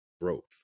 growth